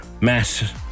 Mass